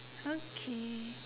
okay